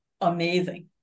amazing